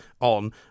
on